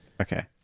Okay